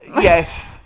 Yes